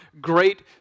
great